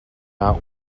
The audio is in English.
out